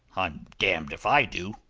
i'm damned if i do.